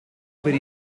per